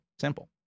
Simple